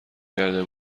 کرده